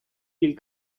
will